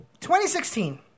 2016